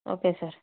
okay sir